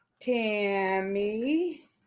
Tammy